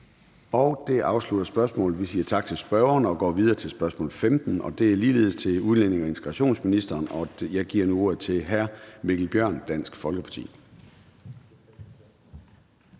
Det afslutter spørgsmålet. Vi siger tak til spørgeren. Vi går videre til spørgsmål nr. 15, og det er ligeledes til udlændinge- og integrationsministeren. Jeg giver nu ordet til hr. Mikkel Bjørn, Dansk Folkeparti.